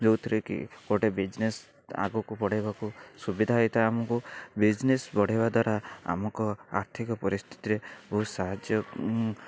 ଯେଉଁଥିରେ କି ଗୋଟେ ବିଜନେସ୍ ଆଗକୁ ବଢ଼ାଇବାକୁ ସୁବିଧା ହେଇଥାଏ ଆମକୁ ବିଜନେସ୍ ବଢ଼ାଇବା ଦ୍ୱାରା ଆମୁକୁ ଆର୍ଥିକ ପରିସ୍ଥିତିରେ ବହୁତ ସାହାଯ୍ୟ